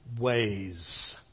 ways